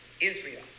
Israel